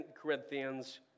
Corinthians